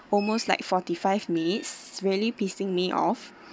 almost like forty-five minutes really pissing me off